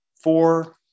four